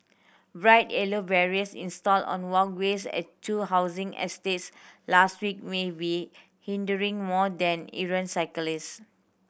bright yellow barriers installed on walkways at two housing estates last week may be hindering more than errant cyclists